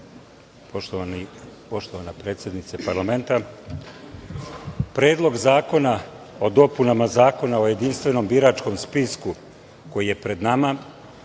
poštovana predsednice Parlamenta, Predlog zakona o dopunama Zakona o jedinstvenom biračkom spisku koji je pred nama